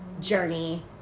journey